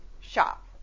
shop